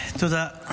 תודה.